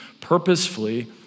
purposefully